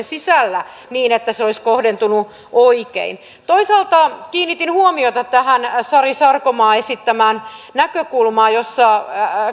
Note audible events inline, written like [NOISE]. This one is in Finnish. [UNINTELLIGIBLE] sisällä niin että se olisi kohdentunut oikein toisaalta kiinnitin huomiota tähän sari sarkomaan esittämään näkökulmaan jossa